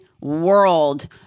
world